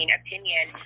opinion